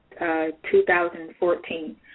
2014